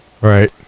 Right